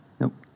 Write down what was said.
Nope